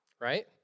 right